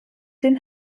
den